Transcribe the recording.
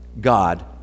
God